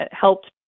helped